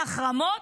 מהחרמות,